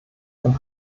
und